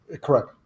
Correct